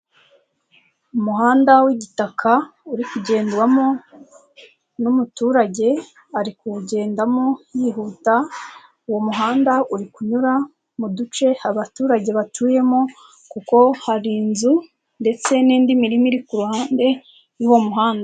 Umuhanda w'igitaka uri kugendwamo n'umuturage, ari kuwugendamo yihuta, uwo muhanda uri kunyura mu duce abaturage batuyemo kuko hari inzu ndetse n'indi mirima iri ku ruhande y'uwo muhanda.